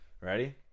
Ready